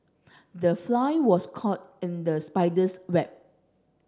the fly was caught in the spider's web